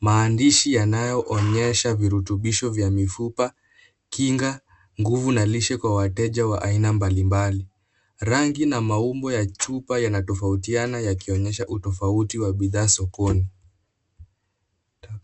Maandishi yanayoonyesha virutubisho vya mifupa, kinga, nguvu na lishe kwa wateja wa aina mbali mbali. Rangi na maumbo ya chupa yanatofautiana yakionyesha utafauti wa bidhaa sokoni.